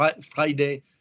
Friday